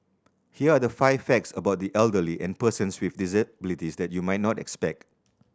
here are the five facts about the elderly and persons with disabilities that you might not expect